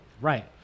Right